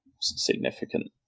significant